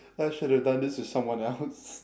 I should've done this with someone else